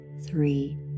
three